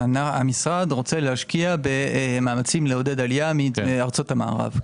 המשרד רוצה להשקיע במאמצים לעודד עלייה מארצות המערב.